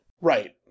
Right